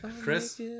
Chris